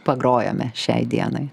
pagrojome šiai dienai